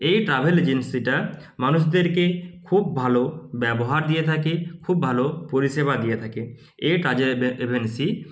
এই ট্রাভেল এজেন্সিটা মানুষদেরকে খুব ভালো ব্যবহার দিয়ে থাকে খুব ভালো পরিষেবা দিয়ে থাকে এ ট্রাভেল এজেন্সি